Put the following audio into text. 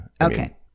okay